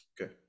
Okay